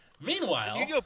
Meanwhile